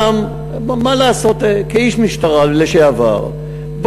גם כאיש משטרה לשעבר,